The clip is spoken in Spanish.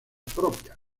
propias